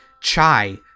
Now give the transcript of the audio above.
Chai